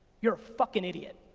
you're a fucking idiot.